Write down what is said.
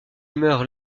meurt